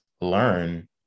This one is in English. learn